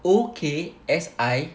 O K S I